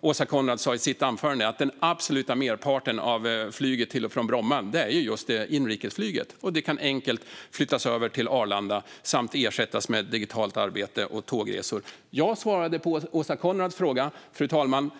Åsa Coenraads sa i sitt anförande är den absoluta merparten av flyget till och från Bromma just inrikesflyg, som enkelt kan flyttas över till Arlanda samt ersättas med digitalt arbete och tågresor. Jag svarade på Åsa Coenraads fråga, fru talman.